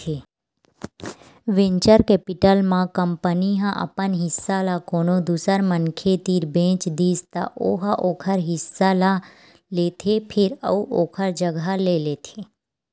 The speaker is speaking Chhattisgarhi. वेंचर केपिटल म कंपनी ह अपन हिस्सा ल कोनो दूसर मनखे तीर बेच दिस त ओ ह ओखर हिस्सा ल लेथे फेर अउ ओखर जघा ले लेथे